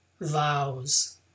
vows